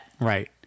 Right